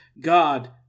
God